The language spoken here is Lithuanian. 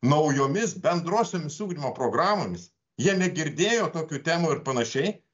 naujomis bendrosiomis ugdymo programomis jie girdėjo tokių temų ir panašiai